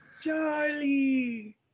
charlie